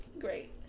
Great